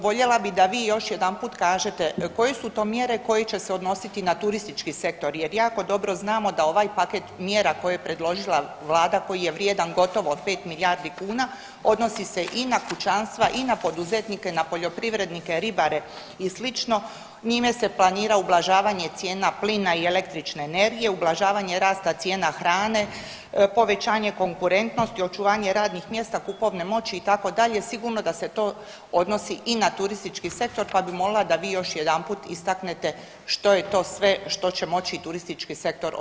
Voljela bih da vi još jedanput kažete koje su to mjere koje će odnositi na turistički sektor jer jako dobro znamo da ovaj paket mjera koji je predložila Vlada koji je vrijedan gotovo 5 milijardi kuna odnosi se i na kućanstva i na poduzetnike, na poljoprivrednike, ribare i sl. njime se planira ublažavanje cijena plina i električne energije, ublažavanje rasta cijena hrane, povećanje konkurentnosti, očuvanje radnih mjesta, kupovne moći itd., sigurno da se to odnosi i na turistički sektora pa bi molila da vi još jedanput istaknete što je to sve što će moći turistički sektor očekivat.